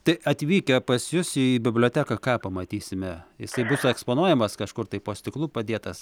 tai atvykę pas jus į biblioteką ką pamatysime jisai bus eksponuojamas kažkur tai po stiklu padėtas